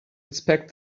inspect